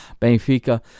Benfica